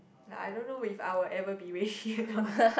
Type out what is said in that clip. like I dunno if I will ever be ready or not